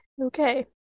okay